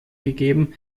gegeben